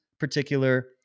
particular